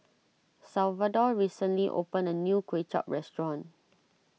Salvador recently opened a new Kway Chap restaurant